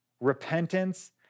repentance